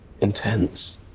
intense